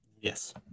Yes